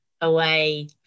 away